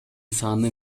саны